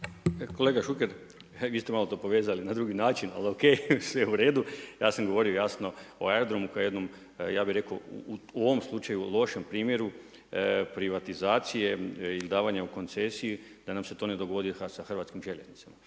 Šuker, vi ste malo to povezali na drugi način, ali O.K, sve u redu. Ja sam govorio jasno o aerodromu kao jednom, ja bih rekao u ovom slučaju lošem primjeru privatizacije ili davanja u koncesiju da nam se to ne dogodi sa Hrvatskim željeznicama.